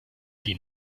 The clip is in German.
die